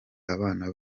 abana